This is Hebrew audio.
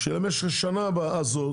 שבמשך שנה זו,